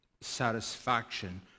satisfaction